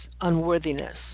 unworthiness